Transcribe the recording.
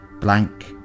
blank